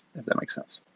that that makes sense